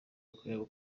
akayabo